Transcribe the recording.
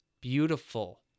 beautiful